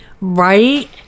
Right